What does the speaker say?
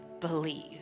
believe